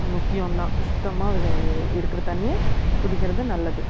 முக்கியம் தான் சுத்தமாக இதை இருக்கிற தண்ணியை குடிக்கிறது நல்லது